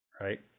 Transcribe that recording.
right